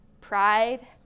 pride